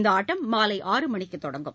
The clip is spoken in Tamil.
இந்த ஆட்டம் மாலை ஆறுமணிக்கு தொடங்கும்